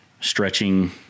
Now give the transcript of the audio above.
stretching